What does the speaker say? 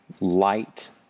light